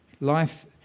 Life